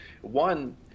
One